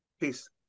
Peace